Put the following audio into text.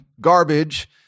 garbage